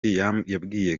yabwiye